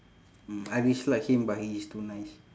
mm I dislike him but he is too nice